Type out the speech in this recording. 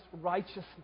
righteousness